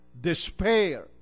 despair